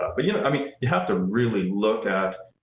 but but, you know, i mean you have to really look at.